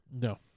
No